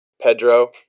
Pedro